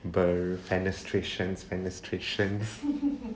the fenestrations fenestrations